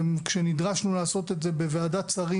וכשנדרשנו לעשות את זה בוועדת שרים,